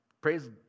Praise